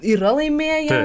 yra laimėję